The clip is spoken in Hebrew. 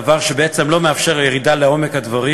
דבר שבעצם לא מאפשר ירידה לעומק הדברים.